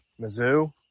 Mizzou